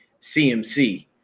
CMC